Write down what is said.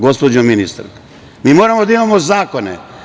Gospođo ministar, mi moramo da imamo zakone.